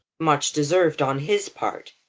much deserved on his part,